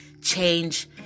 change